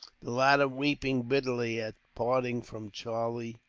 the latter weeping bitterly at parting from charlie,